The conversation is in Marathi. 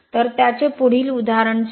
तर त्याचे पुढील उदाहरण 6